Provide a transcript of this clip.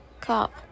cop